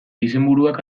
izenburuak